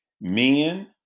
men